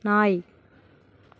நாய்